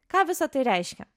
ką visa tai reiškia